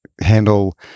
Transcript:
handle